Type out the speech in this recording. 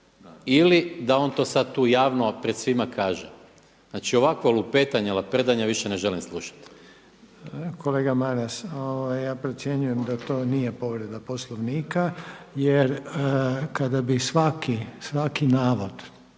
ili da on sad to tu javno pred svima kaže. Znači ovakvo lupetanje, laprdanje više ne želim slušati. **Reiner, Željko (HDZ)** Kolega Maras, ja procjenjujem da to nije povreda Poslovnika jer kada bi svaki navod